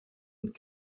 und